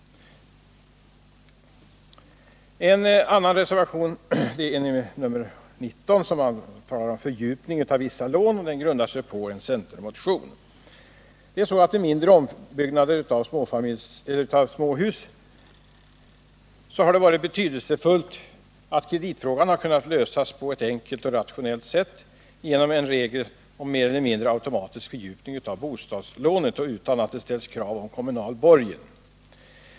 Vid mindre omfattande ombyggnader av småhus har det varit betydelsefullt att kreditfrågan har kunnat lösas på ett enkelt och rationellt sätt genom regeln om mer eller mindre automatisk fördjupning av bostadslånet och utan att krav ställts om kommunal borgen.